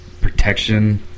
protection